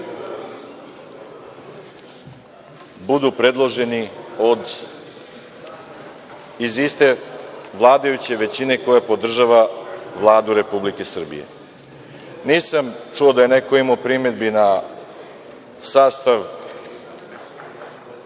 budu predloženi iz iste vladajuće većine koja podržava Vladu Republike Srbije. Nisam čuo da je neko imao primedbi na sastav